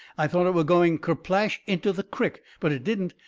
i thought it was going kersplash into the crick. but it didn't.